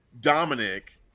Dominic